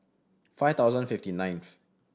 five thousand fifty ninth